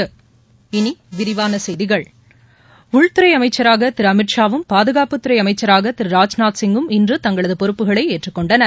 இனி விரிவான செய்திகள் உள்துறை அமைச்சராக திரு அமித்ஷாவும் பாதுகாப்புத் துறை அமைச்சராக திரு ராஜ்நாத் சிங்கும் இன்று தங்களது பொறுப்புகளை ஏற்றுக் கொண்டனர்